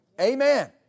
Amen